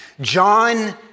John